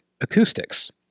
acoustics